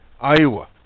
Iowa